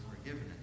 forgiveness